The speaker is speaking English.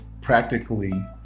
practically